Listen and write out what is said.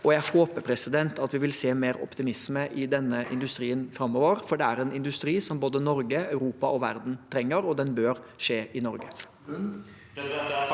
Jeg håper vi vil se mer optimisme i denne industrien framover, for det er en industri som både Norge, Europa og verden trenger, og den bør skje i Norge.